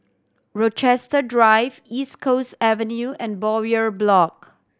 Rochester Drive East Coast Avenue and Bowyer Block